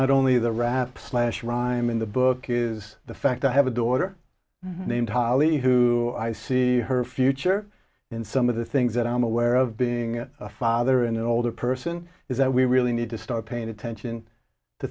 not only the rap last rhyme in the book is the fact that i have a daughter named holly who i see her future in some of the things that i'm aware of being a father and an older person is that we really need to start paying attention to